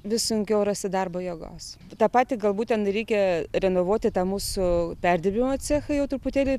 vis sunkiau rasti darbo jėgos tą patį galbūt ten reikia renovuoti tą mūsų perdirbimo cechą jau truputėlį